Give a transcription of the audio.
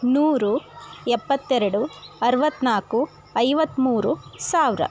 ನೂರು ಎಪ್ಪತ್ತೆರಡು ಅರವತ್ತ್ನಾಲ್ಕು ಐವತ್ತ್ಮೂರು ಸಾವಿರ